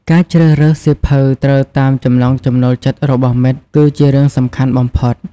ការជ្រើសរើសសៀវភៅត្រូវតាមចំណង់ចំណូលចិត្តរបស់មិត្ត គឺជារឿងសំខាន់បំផុត។